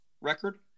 record